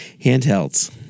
handhelds